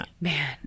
Man